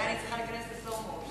אולי אני צריכה להיכנס ל-slow motion.